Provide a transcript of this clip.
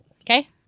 Okay